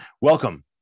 Welcome